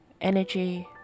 energy